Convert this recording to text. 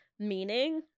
meaning